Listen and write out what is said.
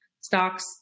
stocks